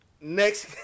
next